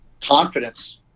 confidence